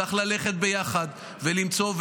צריך ללכת ביחד ולמצוא,